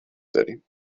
داریم